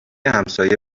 همسایه